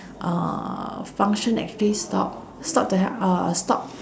uh function actually stop stop to help uh stop